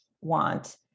want